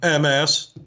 MS